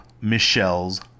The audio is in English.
michelle's